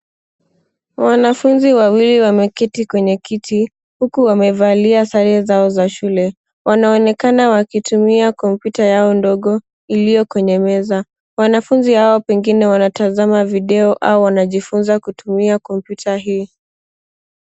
Wanafunzi wawili wameketi kwenye kiti huku wamevalia sare zao za shule. Wanaonekana wakitumia kompyuta yao ndogo iliyo kwenye meza. Wanafunzi hao pengine wanatazama video au wanajifunza kutumia kompyuta hii.